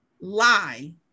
lie